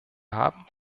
haben